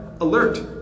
alert